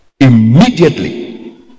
Immediately